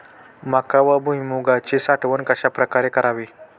मका व भुईमूगाची साठवण कशाप्रकारे करावी?